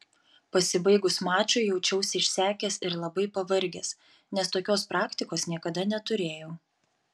pasibaigus mačui jaučiausi išsekęs ir labai pavargęs nes tokios praktikos niekada neturėjau